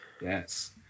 Yes